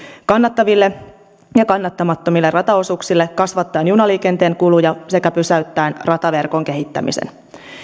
kannattaville ja kannattamattomille rataosuuksille kasvattaen junaliikenteen kuluja sekä pysäyttäen rataverkon kehittämisen